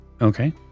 okay